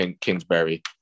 Kingsbury